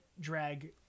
drag